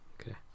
Okay